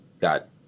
got